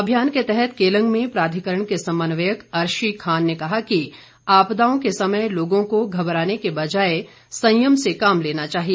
अभियान के तहत केलंग में प्राधिकरण के समन्वयक अर्शी खान ने कहा कि आपदाओं के समय लोगों को घबराने के बजाय संयम से काम लेना चाहिए